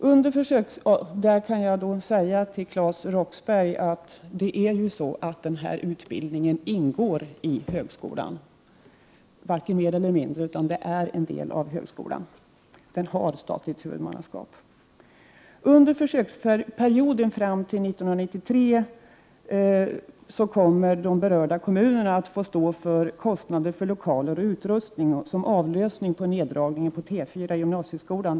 Här kan jag säga till Claes Roxbergh att utbildningen ingår i högskolan. Utbildningen har alltså statligt huvudmannaskap. Under försöksperioden fram till 1993 kommer de berörda kommunerna att få stå för kostnader för lokaler och utrustning som avlösning för neddragningen på T4i gymnasieskolan.